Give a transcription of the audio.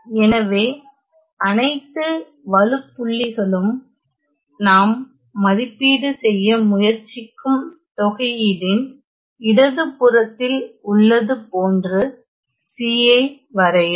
எனவே அனைத்து வழுப்புள்ளிகளும் நாம் மதிப்பீடு செய்ய முயற்சிக்கும் தொகையீடின் இடதுபுறத்தில் உள்ளது போன்று C ஐ வரையவும்